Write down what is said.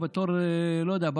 או בתור לבנק,